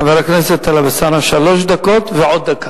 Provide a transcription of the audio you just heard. חבר הכנסת טלב אלסאנע, שלוש דקות ועוד דקה.